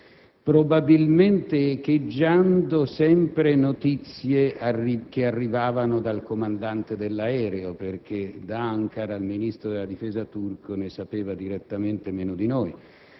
probabilmente echeggiando sempre notizie che arrivavano dal comandante dell'aereo, perché da Ankara il Ministro della difesa turco ne sapeva direttamente meno di noi.